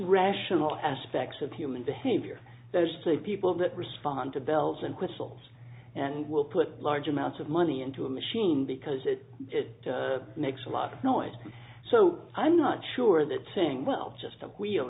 rational aspects of human behavior those people that respond to bells and whistles and will put large amounts of money into a machine because it makes a lot of noise so i'm not sure that saying well just the wheel